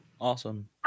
Awesome